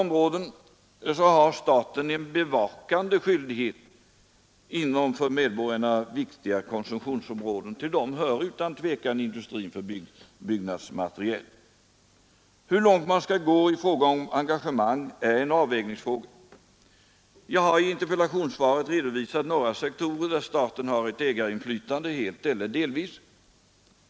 Staten har en bevakande skyldighet inom vissa för medborgarna viktiga konsumtionsområden. Till dem hör utan tvivel industrin för byggmaterial. Hur långt man skall gå i fråga om engagemang är en avvägningsfråga. Jag har i interpellationssvaret redovisat några sektorer där staten har ett ägarinflytande, helt eller delvis.